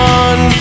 one